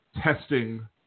testing